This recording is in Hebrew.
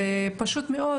ופשוט מאוד